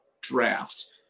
draft